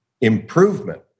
improvement